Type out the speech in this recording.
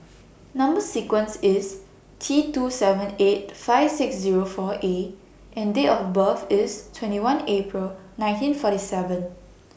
Number sequence IS T two seven eight five six Zero four A and Date of birth IS twenty one April nineteen forty seven